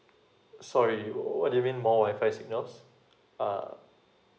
sorry w~ what do you mean more WI-FI signals uh